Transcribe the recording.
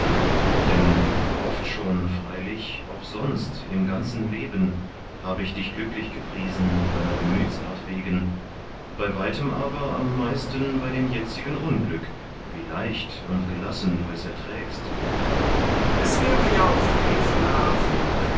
denn oft schon freilich auch sonst im ganzen leben habe ich dich glücklich gepriesen deiner gemütsart wegen bei weitem aber am meisten bei dem jetzigen unglück wie leicht und gelassen du es erträgst sokrates es wäre ja auch